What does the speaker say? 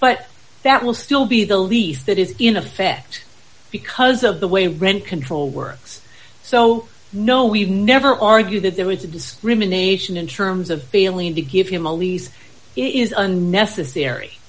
but that will still be the least that is in effect because of the way rent control works so no we've never argued that there is a discrimination in terms of failing to give him a lease it is unnecessary